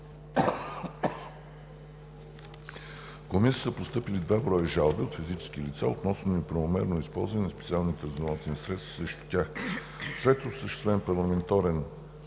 Комисията са постъпили два броя жалби от физически лица относно неправомерно използване на специалните разузнавателни средства срещу тях. След осъществен парламентарен